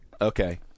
Okay